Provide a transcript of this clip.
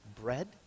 bread